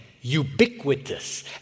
ubiquitous